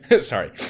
Sorry